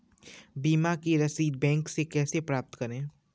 बीमा की रसीद बैंक से कैसे प्राप्त करें?